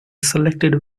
selected